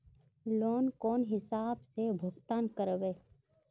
Loan कौन हिसाब से भुगतान करबे?